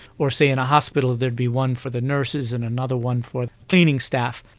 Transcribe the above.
or say in a hospital there'd be one for the nurses and another one for cleaning staff.